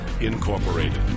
Incorporated